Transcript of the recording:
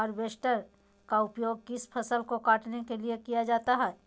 Harvester का उपयोग किस फसल को कटने में किया जाता है?